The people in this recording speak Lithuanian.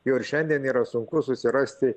jau ir šiandien yra sunku susirasti